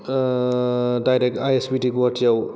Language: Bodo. direct I S B T गहाटियाव